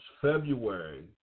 February